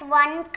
one